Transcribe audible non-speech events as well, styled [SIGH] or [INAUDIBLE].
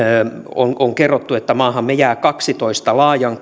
on on kerrottu että maahamme jää kahdentoista laajan [UNINTELLIGIBLE]